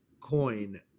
coin